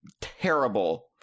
Terrible